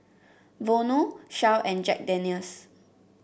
Vono Shell and Jack Daniel's